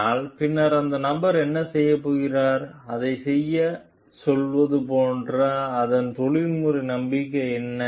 ஆனால் பின்னர் அந்த நபர் என்ன செய்யப் போகிறார் அதைச் செய்யச் சொல்வது போன்ற அதன் தொழில்முறை நம்பிக்கை என்ன